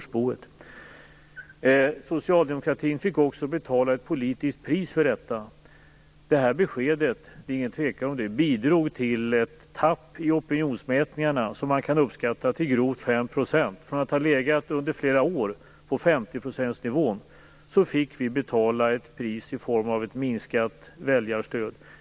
Socialdemokratin fick också betala ett politiskt pris för detta. Det här beskedet, därom råder inget tvivel, bidrog till ett tapp i opinionsmätningarna som grovt kan uppskattas till 5 %. Från att under flera år ha legat på 50-procentsnivån fick vi betala i form av ett minskat väljarstöd.